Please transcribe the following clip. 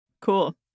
Cool